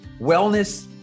Wellness